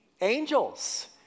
angels